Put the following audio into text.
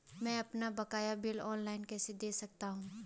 मैं अपना बकाया बिल ऑनलाइन कैसे दें सकता हूँ?